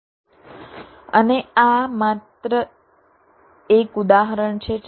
અને આ માત્ર એક ઉદાહરણ છે